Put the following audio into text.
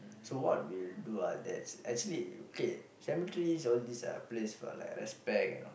so what we'll do ah there's actually okay cemeteries all these are place for like respect